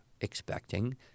expecting